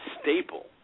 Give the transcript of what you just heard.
staple